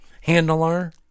handler